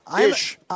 Ish